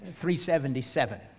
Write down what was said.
377